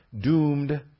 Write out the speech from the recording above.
doomed